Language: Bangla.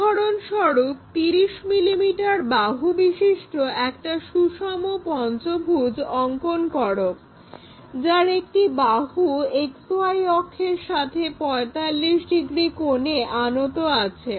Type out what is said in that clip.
উদাহরণস্বরূপ 30 মিলিমিটার বাহু বিশিষ্ট একটা সুষম পঞ্চভুজ অঙ্কন করো যার একটি বাহু XY অক্ষের সাথে 45 ডিগ্রি কোণে আনত আছে